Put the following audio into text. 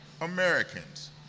Americans